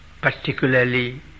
particularly